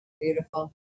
Beautiful